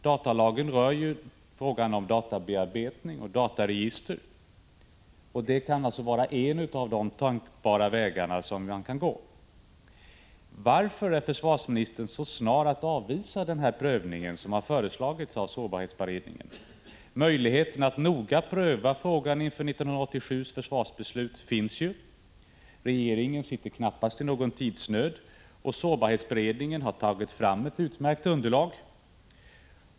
Datalagen rör ju frågan om databearbetning och dataregister, och det kan vara en tänkbar väg att gå. Varför är försvarsministern så snar att avvisa den prövning som har föreslagits av sårbarhetsberedningen? Möjligheten att noga pröva frågan inför 1987 års försvarsbeslut finns ju. Regeringen befinner sig knappast i någon tidsnöd, och sårbarhetsberedningen har tagit fram ett utmärkt underlag.